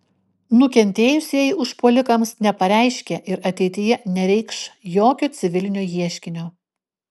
nukentėjusieji užpuolikams nepareiškė ir ateityje nereikš jokio civilinio ieškinio